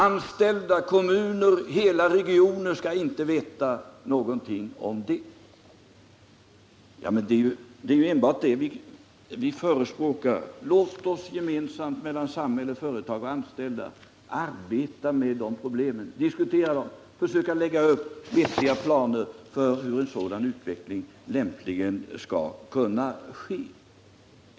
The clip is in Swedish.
Anställda, kommuner, hela regioner skall inte veta någonting om det. Vad vi förespråkar är ju att vi gemensamt — samhälle, företag och anställda — skall arbeta med problemen, diskutera dem och försöka lägga upp vettiga planer för hur en utveckling lämpligen skall kunna ske.